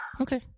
Okay